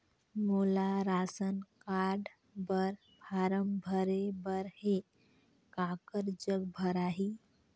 मोला ration card बर form भरे बर हे काकर जग भराही?